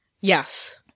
Yes